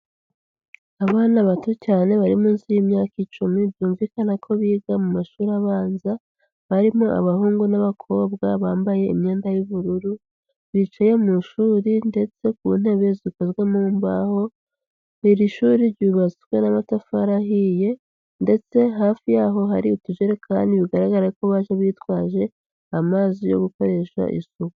Abana bato cyane bari munsi y'imyaka icumi byumvikana ko biga mu mashuri abanza, barimo abahungu n'abakobwa, bambaye imyenda y'ubururu, bicaye mu ishuri ndetse ku ntebe zikozwe mu mbaho, iri shuri ryubatswe n'amatafari ahiye, ndetse hafi y'aho hari utujerekani bigaragara ko baje bitwaje amazi yo gukoresha isuku.